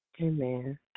Amen